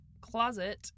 closet